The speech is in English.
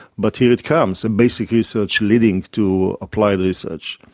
but here it comes, and basic research leading to applied research.